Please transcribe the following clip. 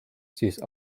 siis